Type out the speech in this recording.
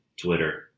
Twitter